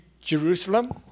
Jerusalem